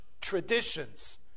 traditions